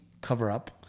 cover-up